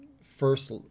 first